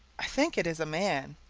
i think it is a man.